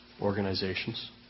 organizations